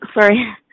sorry